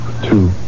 Two